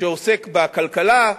שעוסק בכלכלה,